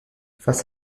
face